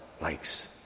likes